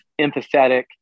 empathetic